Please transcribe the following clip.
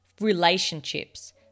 relationships